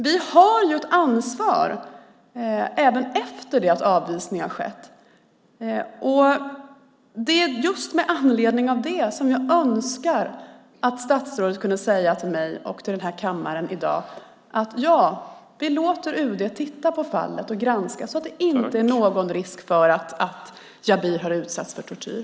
Vi har ett ansvar även efter att avvisning skett. Just med anledning av det önskar jag att statsrådet kunde säga till mig och kammaren i dag: Ja, vi låter UD titta på fallet och granska så att det inte är någon risk för att Jabri har utsatts för tortyr.